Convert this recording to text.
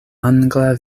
angla